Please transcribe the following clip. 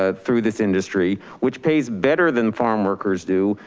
ah through this industry, which pays better than farm workers do,